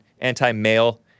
anti-male